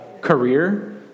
career